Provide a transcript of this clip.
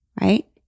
Right